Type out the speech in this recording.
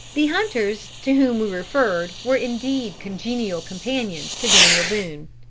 the hunters to whom we referred were indeed congenial companions to daniel boone.